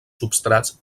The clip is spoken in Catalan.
substrats